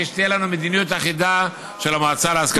שתהיה לנו מדיניות אחידה של המועצה להשכלה גבוהה.